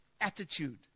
attitude